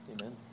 Amen